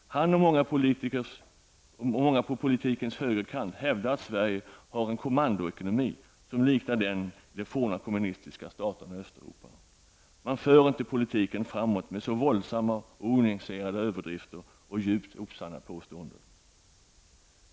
Han och många på politikens högerkant hävdar att Sverige har en kommandoekonomi som liknar den i de forna kommunistiska staterna i Östeuropa. Man för inte politiken framåt med så våldsamma och onyanserade överdrifter och djupt osanna påståenden.